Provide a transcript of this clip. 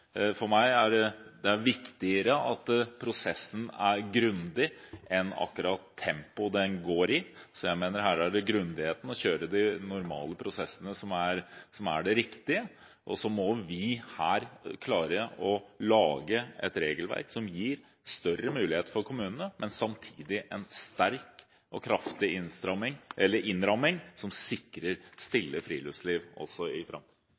For meg er det viktigere at prosessen er grundig enn akkurat tempoet den går i. Jeg mener altså at det er grundigheten og det å kjøre de normale prosessene som her er det riktige. Og så må vi klare å lage et regelverk som gir større mulighet for kommunene, men samtidig en sterk og kraftig innramming, som sikrer stille friluftsliv også i framtiden.